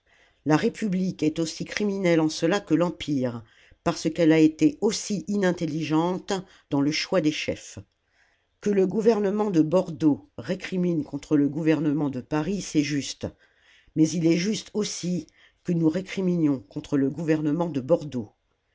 la république est aussi criminelle en cela que l'empire parce qu'elle a été aussi inintelligente dans le choix des chefs que le gouvernement de bordeaux récrimine contre le gouvernement de paris c'est juste mais il est juste la commune aussi que nous récriminions contre le gouvernement de bordeaux